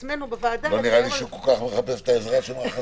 לא נראה לי שהוא מחפש את העזרה שלהם.